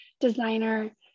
designer